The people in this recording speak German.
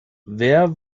wer